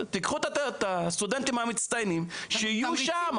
תקחו את הסטודנטים המצטיינים שיהיו שם,